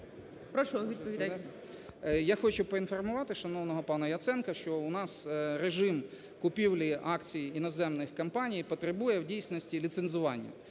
пана Яценка, що у нас режим купівлі акцій іноземних компаній потребує в дійсності ліцензування